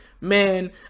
man